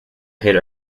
hit